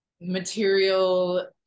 material